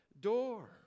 door